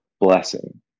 blessing